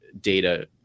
data